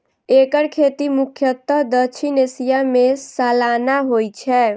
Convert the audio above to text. एकर खेती मुख्यतः दक्षिण एशिया मे सालाना होइ छै